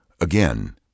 Again